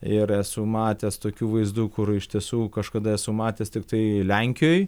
ir esu matęs tokių vaizdų kur iš tiesų kažkada esu matęs tiktai lenkijoj